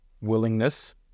willingness